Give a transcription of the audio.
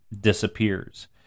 disappears